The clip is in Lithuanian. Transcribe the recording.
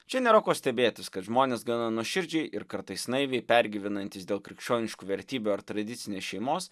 čia nėra ko stebėtis kad žmonės gana nuoširdžiai ir kartais naiviai pergyvenantys dėl krikščioniškų vertybių ar tradicinės šeimos